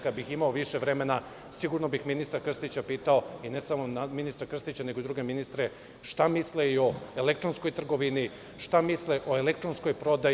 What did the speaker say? Kada bih imao više vremena, sigurno bih ministra Krstića pitao, i ne samo ministra Krstića, nego i druge ministre, šta misle i o elektronskoj trgovini, šta misle o elektronskoj prodaji?